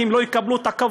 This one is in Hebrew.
כי הם לא יקבלו את הכבוד.